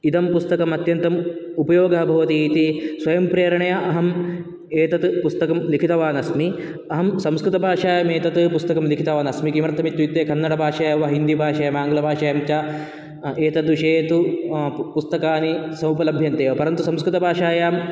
इदं पुस्तकम् अत्यन्तम् उपयोगः भवति इति स्वयं प्रेरणया अहम् एतत् पुस्तकं लिखितवान् अस्मि अहं संस्कृतभाषायाम् एतत् पुस्तकं लिखितवान् अस्मि किमर्थम् इत्युक्ते कन्नडभाषया वा हिन्दीभाषया आङ्लभाषायां च एतद्विषये तु पुस्तकानि सोपलभ्यते परन्तु संस्कृतभाषायाम्